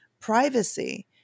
privacy